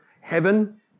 heaven